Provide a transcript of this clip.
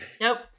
Nope